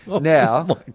Now